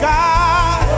God